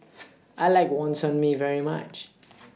I like Wonton Mee very much